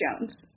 Jones